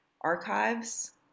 archives